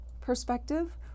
perspective